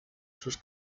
sus